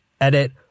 Edit